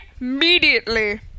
immediately